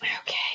Okay